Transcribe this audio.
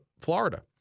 Florida